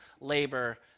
labor